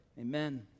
Amen